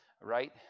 right